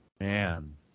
man